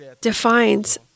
defines